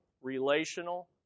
relational